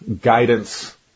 guidance